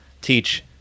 teach